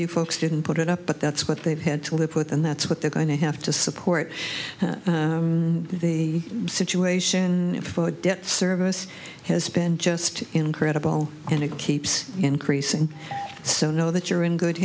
you folks didn't put it up but that's what they've had to live with and that's what they're going to have to support the situation for debt service has been just incredible and it keeps increasing so know that you're in good